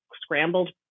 scrambled